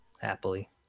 happily